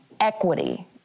equity